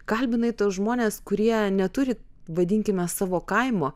kalbinai tuos žmones kurie neturi vadinkime savo kaimo